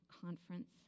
conference